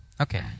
Okay